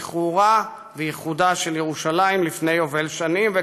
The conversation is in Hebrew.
שחרורה ואיחודה של ירושלים לפני יובל שנים.